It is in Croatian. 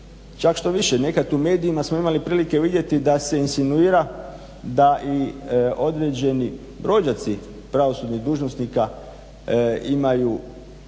Čak štoviše, nekad u medijima smo imali prilike vidjeti da se insinuira da i određeni rođaci pravosudnih dužnosnika imaju